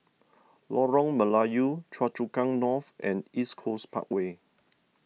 Lorong Melayu Choa Chu Kang North and East Coast Parkway